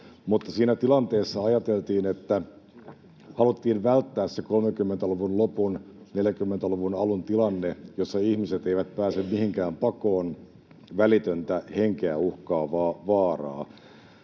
mutta siinä tilanteessa ajateltiin, että haluttiin välttää se 30-luvun lopun—40-luvun alun tilanne, jossa ihmiset eivät pääse mihinkään pakoon välitöntä, henkeä uhkaavaa vaaraa.